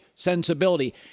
sensibility